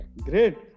Great